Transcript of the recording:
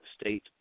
state